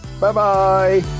bye-bye